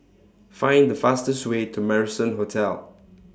Find The fastest Way to Marrison Hotel